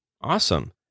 awesome